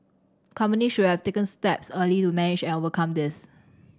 company should have taken steps early to manage and overcome this